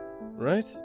right